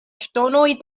ŝtonoj